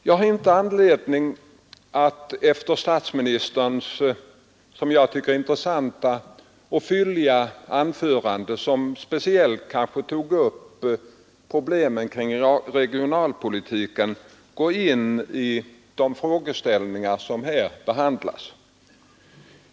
Jag har inte anledning att efter statsministerns, som jag tycker, intressanta och fylliga anförande, som speciellt tog upp problemen kring regionalpolitiken, gå in på de frågeställningar som där behandlas.